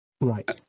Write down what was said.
Right